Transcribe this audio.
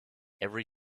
every